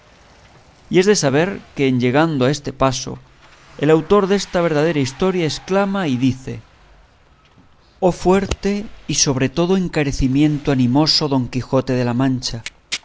y es de saber que llegando a este paso el autor de esta verdadera historia exclama y dice oh fuerte y sobre todo encarecimiento animoso don quijote de la mancha